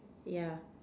yeah